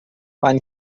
man